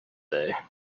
day